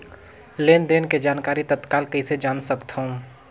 लेन देन के जानकारी तत्काल कइसे जान सकथव?